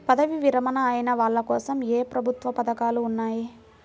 పదవీ విరమణ అయిన వాళ్లకోసం ఏ ప్రభుత్వ పథకాలు ఉన్నాయి?